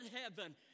heaven